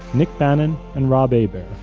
nic bannon, and rob hebert.